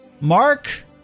Mark